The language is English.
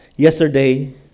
Yesterday